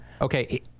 Okay